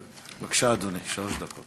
בבקשה, אדוני, שלוש דקות.